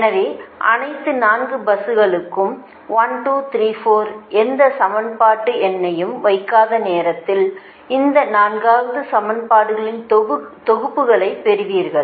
எனவே அனைத்து 4 பஸ்களுக்கும் 1 2 3 4 எந்த சமன்பாட்டு எண்ணையும் வைக்காத நேரத்தில் இந்த 4 சமன்பாடுகளின் தொகுப்புகளைப் பெற்றுள்ளீர்கள்